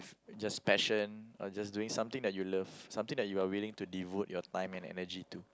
just fashion or just doing something that you love something that you are willing to devote your time and energy to